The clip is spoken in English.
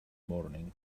morning